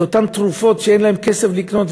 את אותן תרופות שאין להם כסף לקנות,